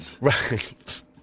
Right